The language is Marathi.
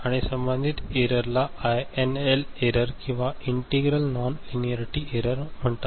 आणि संबंधित एररला आयएनएल एरर किंवा इंटिग्रल नॉन लिनीआरिटी एरर म्हणतात